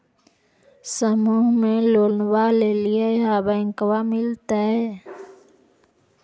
समुह मे लोनवा लेलिऐ है बैंकवा मिलतै?